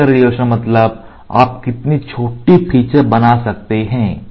feature resolution मतलब आप कितनी छोटी फीचर्स बना सकते हैं